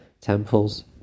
Temples